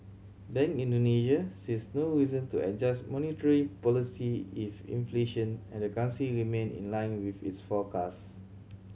Bank Indonesia sees no reason to adjust monetary policy if inflation and the currency remain in line with its forecast